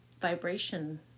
vibration